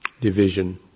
division